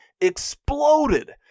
exploded